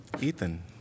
Ethan